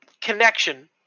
connection